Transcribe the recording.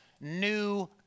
new